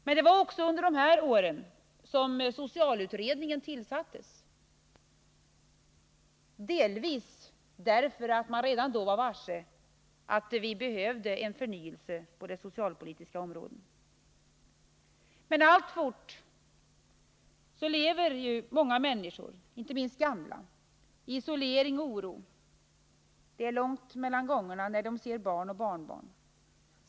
Men det var också under de här åren socialutredningen tillsattes, delvis därför att man redan då var varse att vi behövde en förnyelse på det socialpolitiska området. Alltfort lever dock många människor — inte minst gamla — i isolering och oro. Det är långt mellan gångerna när de ser barn och barnbarn.